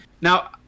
Now